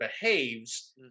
behaves